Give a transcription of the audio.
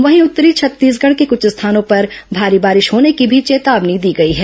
वहीं उत्तरी छत्तीसगढ़ के कुछ स्थानों पर भारी बारिश होने की भी चेतावनी दी गई है